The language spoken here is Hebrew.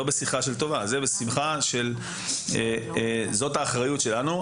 זאת האחריות שלנו,